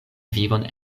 vivon